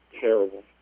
terrible